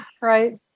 Right